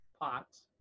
pots